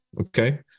Okay